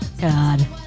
God